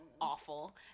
awful